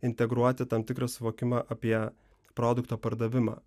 integruoti tam tikrą suvokimą apie produkto pardavimą